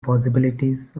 possibilities